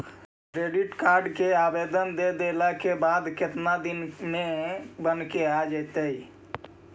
Credit card के आवेदन दे देला के बाद केतना दिन में बनके आ जइतै?